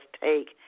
take